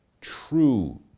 True